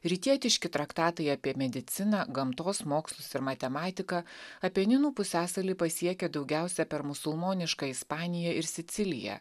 rytietiški traktatai apie mediciną gamtos mokslus ir matematiką apeninų pusiasalį pasiekė daugiausiai per musulmonišką ispaniją ir siciliją